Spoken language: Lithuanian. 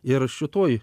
ir šitoje